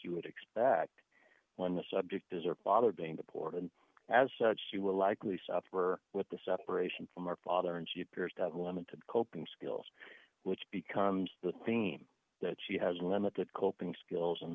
you would expect when the subject is or father being deported as she will likely suffer with the separation from her father and she appears to have limited coping skills which becomes the theme that she has limited coping skills and